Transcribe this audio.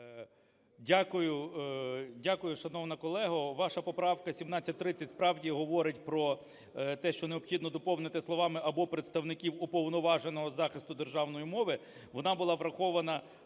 дякую, шановна колего! Ваша поправка 1730 справді говорить про те, що необхідно доповнити словами "або представників Уповноваженого із захисту державної мови",